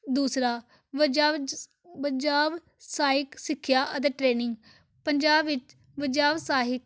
ਦੂਸਰਾ ਬਜਾਬ ਪੰਜਾਬ ਸਹਾਇਕ ਸਿੱਖਿਆ ਅਤੇ ਟ੍ਰੇਨਿੰਗ ਪੰਜਾਬ ਵਿੱਚ ਪੰਜਾਬ ਸਾਹਿਕ